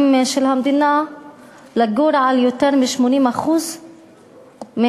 של המדינה לגור על יותר מ-80% מהארץ,